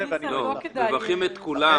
ניסן, לא כדאי --- לא, מברכים את כולם.